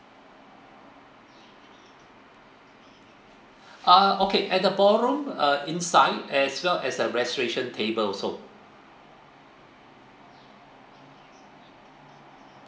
ah okay at the ballroom uh inside as well as the registration table also